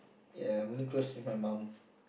ya I'm only close with my mum